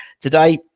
Today